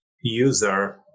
user